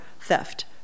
theft